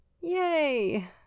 Yay